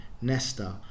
Nesta